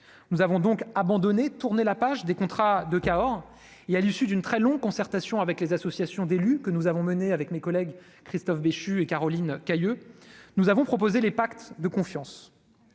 nous avons donc abandonné, tourner la page des contrats de Cahors et à l'issue d'une très longue concertation avec les associations d'élus que nous avons menée avec mes collègues, Christophe Béchu et Caroline Cayeux, nous avons proposé les pactes de confiance